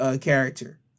character